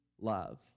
love